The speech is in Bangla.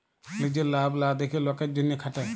লিজের লাভ লা দ্যাখে লকের জ্যনহে খাটে